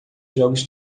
jogos